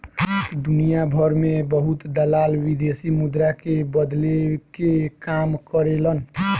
दुनियाभर में बहुत दलाल विदेशी मुद्रा के बदले के काम करेलन